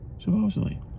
Supposedly